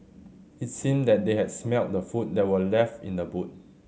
it seemed that they had smelt the food that were left in the boot